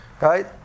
Right